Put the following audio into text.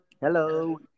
Hello